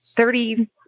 Thirty